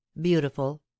beautiful